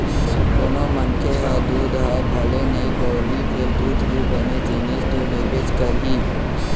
कोनों मनखे ह दूद ह भले नइ बउरही फेर दूद ले बने जिनिस तो लेबेच करही